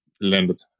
landed